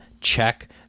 check